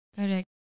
Correct